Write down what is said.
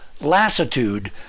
lassitude